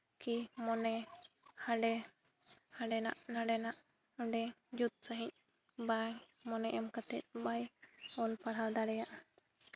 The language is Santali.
ᱠᱤ ᱢᱚᱱᱮ ᱦᱟᱸᱰᱮ ᱦᱟᱸᱰᱮᱱᱟᱜ ᱱᱚᱰᱮᱱᱟᱜ ᱚᱸᱰᱮ ᱡᱩᱛ ᱥᱟᱺᱦᱤᱡ ᱵᱟᱭ ᱢᱚᱱᱮ ᱮᱢ ᱠᱟᱛᱮᱫ ᱵᱟᱭ ᱚᱞ ᱯᱟᱲᱦᱟᱣ ᱫᱟᱲᱮᱭᱟᱜᱼᱟ